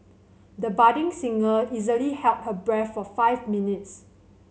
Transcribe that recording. the budding singer easily held her breath for five minutes